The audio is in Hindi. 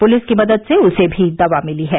पुलिस की मदद से उसे भी दवा मिली है